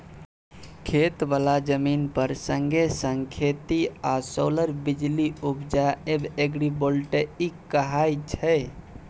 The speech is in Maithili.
खेत बला जमीन पर संगे संग खेती आ सोलर बिजली उपजाएब एग्रीबोल्टेइक कहाय छै